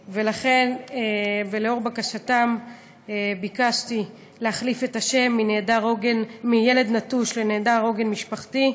ולאור בקשתם ביקשתי להחליף את השם מ"ילד נטוש" ל"נעדר עוגן משפחתי".